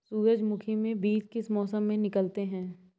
सूरजमुखी में बीज किस मौसम में निकलते हैं?